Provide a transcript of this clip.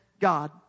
God